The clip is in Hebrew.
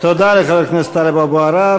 תודה לחבר הכנסת טלב אבו עראר.